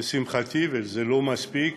לשמחתי, וזה לא מספיק,